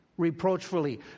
reproachfully